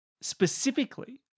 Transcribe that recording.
specifically